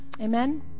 Amen